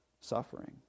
suffering